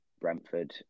Brentford